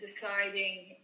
deciding